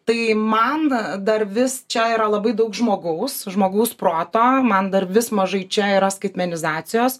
tai man dar vis čia yra labai daug žmogaus žmogaus proto man dar vis mažai čia yra skaitmenizacijos